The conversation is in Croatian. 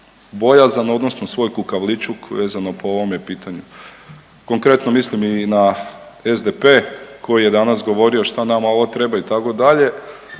odnosno svoj kukavičluk vezano po ovome pitanju. Konkretno mislim i na SDP koji je danas govorio šta nama ovo treba itd., a